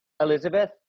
elizabeth